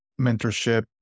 mentorship